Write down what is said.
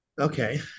Okay